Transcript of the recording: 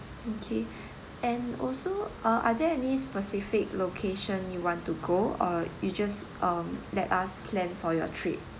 okay and also uh are there any specific location you want to go or you just um let us plan for your trip